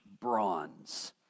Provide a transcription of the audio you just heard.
Bronze